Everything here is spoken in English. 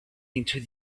into